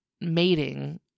mating